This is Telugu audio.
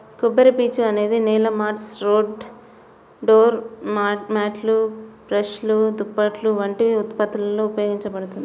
కొబ్బరిపీచు అనేది నేల మాట్స్, డోర్ మ్యాట్లు, బ్రష్లు, దుప్పట్లు వంటి ఉత్పత్తులలో ఉపయోగించబడుతుంది